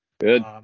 Good